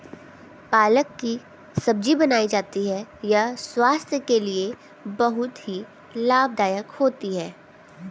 पालक की सब्जी बनाई जाती है यह स्वास्थ्य के लिए बहुत ही लाभदायक होती है